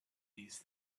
these